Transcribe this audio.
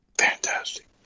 Fantastic